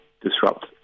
disrupt